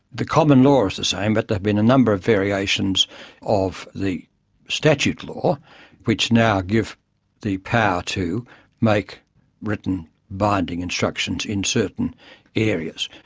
the common law is the same, but there have been a number of variations of the statute law which now give the power to make written binding instructions in certain areas.